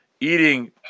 eating